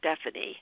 Stephanie